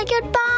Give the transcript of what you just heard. goodbye